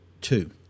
two